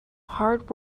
hard